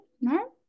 no